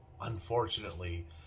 unfortunately